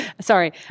sorry